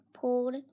pulled